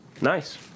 Nice